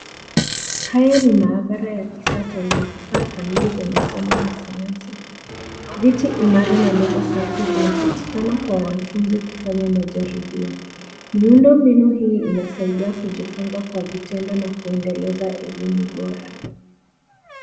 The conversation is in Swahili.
Haya ni maabara ya kisasa yenye vifaa kamili ya masomo ya sayansi. Viti imara na meza safi zinapatiana kwa wanafunzi kufanya majaribio. Miundombinu hii inasaidia kujifunza kwa vitendo na kuendeleza elimu bora.